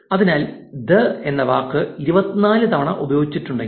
അതിനാൽ ദി എന്ന വാക്ക് 24 തവണ ഉപയോഗിച്ചിട്ടുണ്ടെങ്കിൽ